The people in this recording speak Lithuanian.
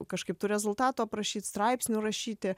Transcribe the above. kažkaip tų rezultatų aprašyt straipsnių rašyti